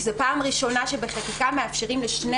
כי זו פעם ראשונה שבחקיקה מאפשרים לשני